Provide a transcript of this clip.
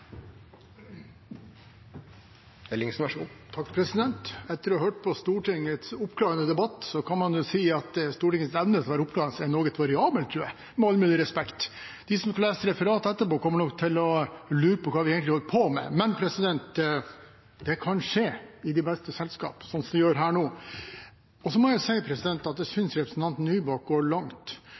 variabel, tror jeg, med all mulig respekt. De som leser referatet etterpå, kommer nok til å lure på hva vi egentlig holder på med. Men det kan skje i de beste selskap, som det gjør her nå. Så må jeg si at jeg synes representanten Nybakk går langt.